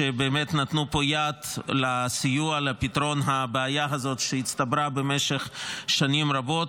שבאמת נתנו פה יד וסיוע לפתרון הבעיה הזאת שהצטברה במשך שנים רבות,